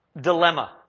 dilemma